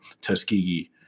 Tuskegee